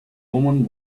woman